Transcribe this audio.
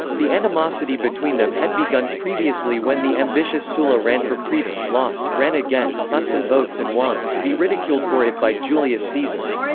the animosity between them had begun previously when the ambitious sulla ran for praetor, lost, ran again, bought some votes and won, to be ridiculed for it by julius caesar.